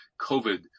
COVID